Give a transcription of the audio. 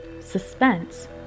Suspense